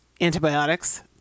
antibiotics